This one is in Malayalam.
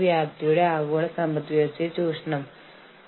അതിനാൽ പൈയുടെ വലുപ്പം വികസിപ്പിക്കാൻ നമുക്ക് ശ്രമിക്കാം